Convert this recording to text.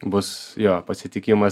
bus jo pasitikimas